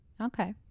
okay